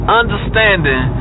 understanding